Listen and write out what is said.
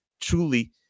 truly